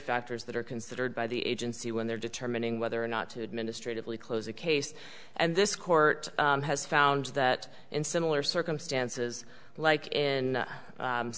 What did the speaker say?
factors that are considered by the agency when they're determining whether or not to administrative leave close the case and this court has found that in similar circumstances like in